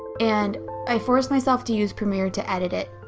and i forced myself to use premiere to edit it,